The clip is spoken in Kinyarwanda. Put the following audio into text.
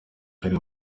hari